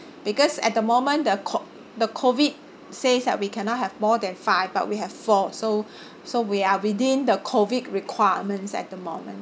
because at the moment the co~ the COVID says that we cannot have more than five but we have four so so we are within the COVID requirements at the moment